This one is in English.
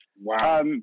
wow